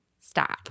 stop